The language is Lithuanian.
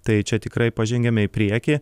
tai čia tikrai pažengėme į priekį